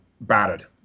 battered